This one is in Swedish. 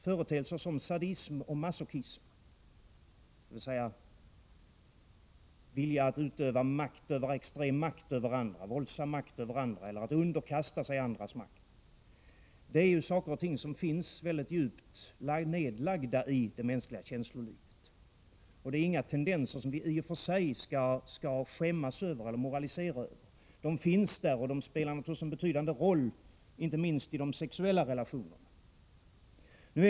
Företeelser som sadism och masochism, dvs. vilja att utöva extrem, våldsam makt över andra eller att underkasta sig andras makt, är saker och ting som finns mycket djupt nedlagda i det mänskliga känslolivet. Det är inga tendenser som vi i och för sig skall skämmas för eller moralisera över. De finns där och de spelar naturligtvis en betydande roll, inte minst i de sexuella relationerna.